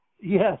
Yes